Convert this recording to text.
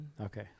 okay